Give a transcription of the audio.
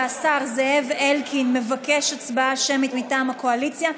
והשר זאב אלקין מבקש הצבעה שמית מטעם הממשלה,